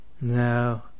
No